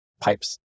pipes